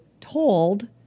told